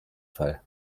fall